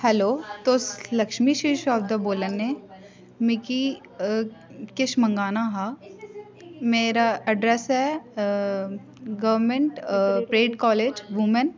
hello तुस Lakshmi sweet shop दा बोल्लै ने मिगी किश मंगाना हा मेरा अड्रैस ऐ गवरमेंट परेड कॉलेज़ बुमेन